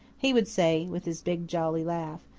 he would say, with his big, jolly laugh,